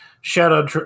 shadow